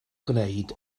gwneud